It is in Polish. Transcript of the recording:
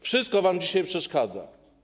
Wszystko wam dzisiaj przeszkadza.